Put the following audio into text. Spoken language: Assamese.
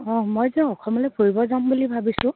অঁ মই যে অসমলৈ ফুৰিব যাম বুলি ভাবিছোঁ